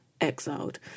exiled